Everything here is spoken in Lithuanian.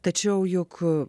tačiau juk